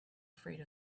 afraid